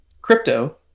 crypto